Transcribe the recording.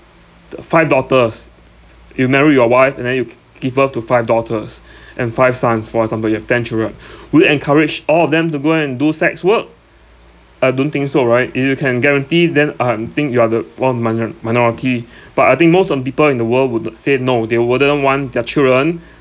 five daughters you marry your wife and then you gi~ give birth to five daughters and five sons for example you have ten children would you encourage all of them to go and do sex work I don't think so right if you can guarantee then I'm think you are the one minor~ minority but I think most of the people in the world would say no they wouldn't want their children